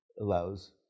allows